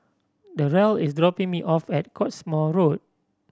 Darell is dropping me off at Cottesmore Road